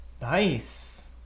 Nice